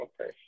okay